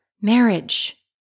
marriage